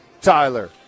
Tyler